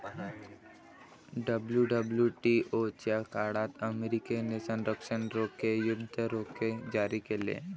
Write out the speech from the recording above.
WWTO च्या काळात अमेरिकेने संरक्षण रोखे, युद्ध रोखे जारी केले